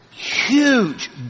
huge